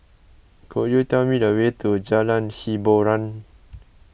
could you tell me the way to Jalan Hiboran